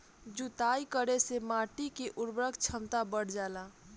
जुताई करे से माटी के उर्वरक क्षमता बढ़ जाला